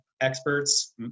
experts